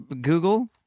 Google